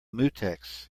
mutex